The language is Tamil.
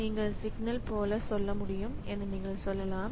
நீங்கள் சிக்னல் போல சொல்ல முடியும் என நீங்கள் சொல்லலாம்